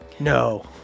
No